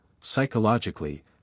psychologically